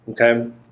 okay